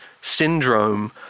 syndrome